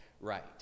right